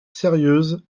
sérieuse